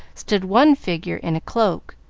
stood one figure in a cloak,